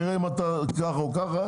נראה אם אתה ככה או ככה.